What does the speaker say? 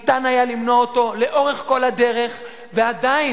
ניתן היה למנוע אותו לאורך כל הדרך ועדיין,